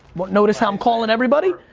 but notice how i'm calling everybody?